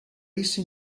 rissa